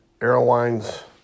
airlines